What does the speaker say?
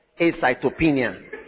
acytopenia